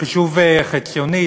בחישוב חציוני,